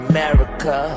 America